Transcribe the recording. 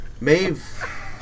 Maeve